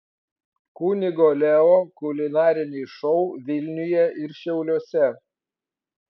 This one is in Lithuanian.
kunigo leo kulinariniai šou vilniuje ir šiauliuose